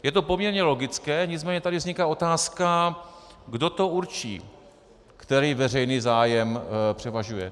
Je to poměrně logické, nicméně tady vzniká otázka, kdo to určí, který veřejný zájem převažuje.